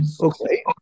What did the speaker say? Okay